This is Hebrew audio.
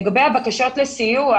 לגבי בקשות לסיוע